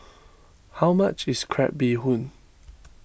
how much is Crab Bee Hoon